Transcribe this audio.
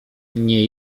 nie